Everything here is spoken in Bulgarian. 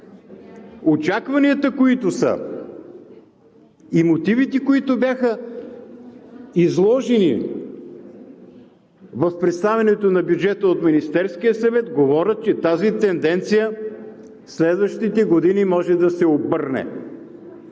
Очакванията и мотивите, които бяха изложени в представянето на бюджета от Министерския съвет, говорят, че тази тенденция в следващите години може да се обърне